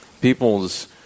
people's